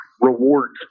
rewards